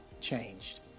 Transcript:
changed